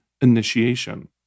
initiation